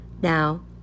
Now